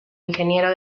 ingeniero